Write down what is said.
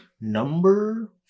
Number